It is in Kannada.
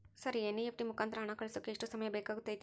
ಸರ್ ಎನ್.ಇ.ಎಫ್.ಟಿ ಮುಖಾಂತರ ಹಣ ಕಳಿಸೋಕೆ ಎಷ್ಟು ಸಮಯ ಬೇಕಾಗುತೈತಿ?